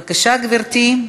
בבקשה, גברתי.